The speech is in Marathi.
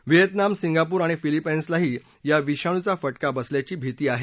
व्हिएतनाम सिंगापूर आणि फिलीपाईन्सलाही या विषाणूचा फटका बसण्याची भिती आहे